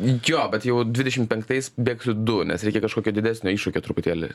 jo bet jau dvidešim penktais bėgsiu du nes reikia kažkokio didesnio iššūkio truputėlį